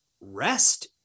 rest